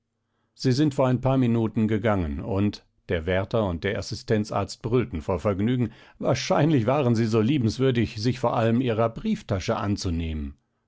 sie sind vor ein paar minuten gegangen und der wärter und der assistenzarzt brüllten vor vergnügen wahrscheinlich waren sie so liebenswürdig sich vor allem ihrer brieftasche anzunehmen